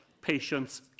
patients